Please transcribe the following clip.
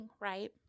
right